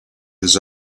his